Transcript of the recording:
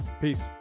Peace